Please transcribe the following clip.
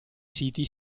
siti